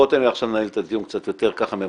בוא תן לי עכשיו לנהל את הדיון קצת יותר ממוקד.